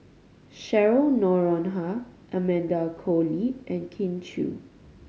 Cheryl Noronha Amanda Koe Lee and Kin Chui